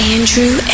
Andrew